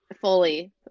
fully